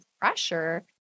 pressure